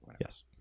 Yes